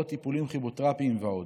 או טיפולים כימותרפיים ועוד.